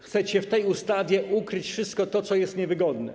Chcecie dzięki tej ustawie ukryć wszystko to, co jest niewygodne.